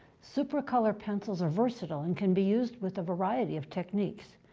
supracolor pencils are versatile and can be used with a variety of techniques.